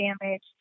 damage